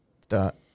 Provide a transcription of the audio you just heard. start